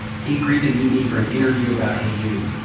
he agreed to meet me for an interview about heyoon,